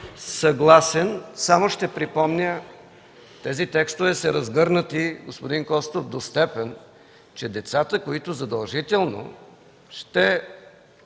съгласен, само ще припомня, че тези текстове са разгърнати, господин Костов, до степен, че децата, които задължително ще